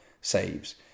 saves